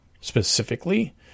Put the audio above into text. specifically